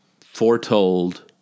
foretold